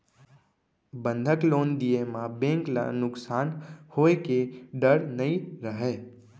बंधक लोन दिये म बेंक ल नुकसान होए के डर नई रहय